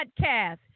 Podcast